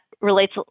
relates